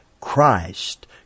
Christ